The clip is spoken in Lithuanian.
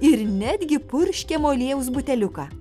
ir netgi purškiamo aliejaus buteliuką